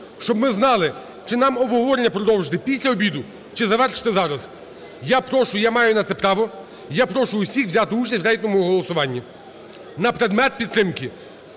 щоб ми знали чи нам обговорення продовжити після обіду, чи завершити зараз. Я прошу, я маю на це право, я прошу усіх взяти участь в рейтинговому голосуванні на предмет підтримки,